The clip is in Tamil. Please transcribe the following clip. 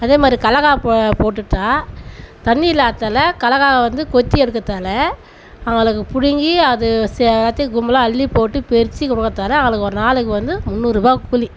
அதே மாதிரி கடலக்கா ப போட்டுட்டால் தண்ணி இல்லாததால் கடலக்கா வந்து கொத்தி எடுக்கிறத்தால அவங்களுக்கு பிடிங்கி அது செ எல்லாத்தையும் கும்பலாக அள்ளிப்போட்டு பறுச்சு கொடுத்தாலே அவங்களுக்கு ஒரு நாளுக்கு வந்து முந்நூறுபாய் கூலி